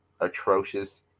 atrocious